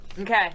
okay